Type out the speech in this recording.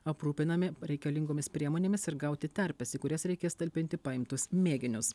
aprūpinami reikalingomis priemonėmis ir gauti terpes į kurias reikės talpinti paimtus mėginius